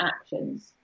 actions